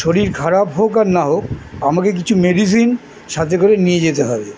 শরীর খারাপ হোক আর না হোক আমাকে কিছু মেডিসিন সাথে করে নিয়ে যেতে হবে